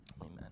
Amen